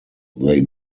they